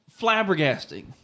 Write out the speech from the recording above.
flabbergasting